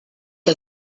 que